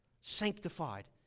sanctified